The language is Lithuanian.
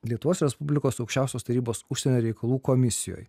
lietuvos respublikos aukščiausios tarybos užsienio reikalų komisijoje